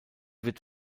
wird